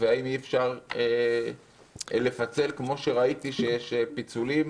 והאם אי אפשר לפצל כמו שראיתי שיש פיצולים.